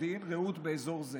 מודיעין-רעות באזור זה